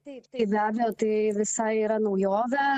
taip tai be abejo tai visai yra naujovė